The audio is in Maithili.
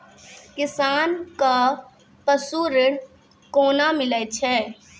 किसान कऽ पसु ऋण कोना मिलै छै?